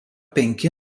penki